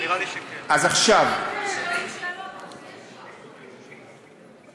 יש לי גם כמה שאלות, חיילים משוחררים.